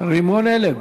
רימון הלם.